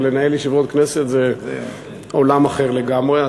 אבל לנהל ישיבות כנסת זה עולם אחר לגמרי,